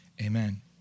amen